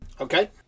Okay